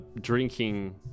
drinking